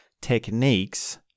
techniques